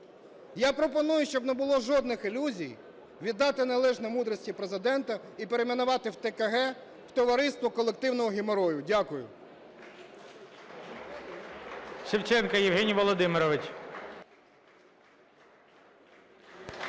Я пропоную, щоб не було жодних ілюзій, віддати належне мудрості Президента і перейменувати ТКГ в товариство колективного геморою. Дякую.